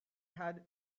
had